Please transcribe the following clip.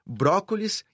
brócolis